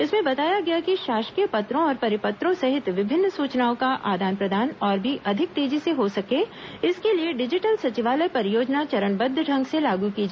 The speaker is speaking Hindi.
इसमें बताया गया कि शासकीय पत्रों और परिपत्रों सहित विभिन्न सूचनाओं का आदान प्रदान और भी अधिक तेजी से हो सके इसके लिए डिजिटल सचिवालय परियोजना चरणबद्व ढंग से लागू की जा रही है